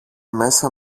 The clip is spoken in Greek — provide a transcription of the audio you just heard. μέσα